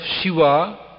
Shiva